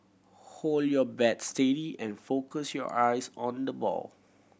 hold your bats steady and focus your eyes on the ball